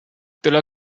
della